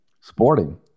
Sporting